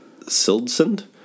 Sildsund